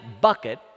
bucket